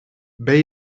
ben